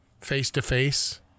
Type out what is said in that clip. face-to-face